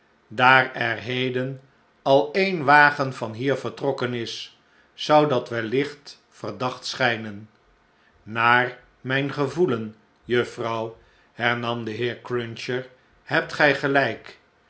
daar er heden al een wagen van hier vertrokken is zou dat wellicht verdacht schnnen naar mp gevoelen juffrouw hernam de heer cruncher hebt gij gelflk